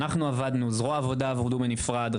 זרוע העבודה עבדו בנפרד,